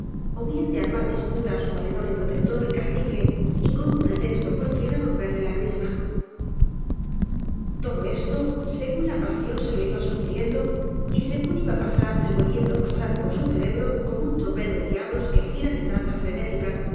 ó bien de armar disputa á su valedor y protector el cacique y con un pretex to cualquiera romperle la crisma todo esto según la pasión se lo iba sugiriendo y según iba pasando y volviendo á pasar por su ce rebro como un tropel de diablos que giran en dan za frenética